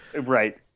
Right